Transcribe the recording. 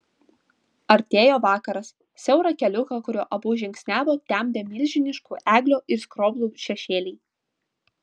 artėjo vakaras siaurą keliuką kuriuo abu žingsniavo temdė milžiniškų eglių ir skroblų šešėliai